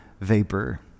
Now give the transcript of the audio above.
vapor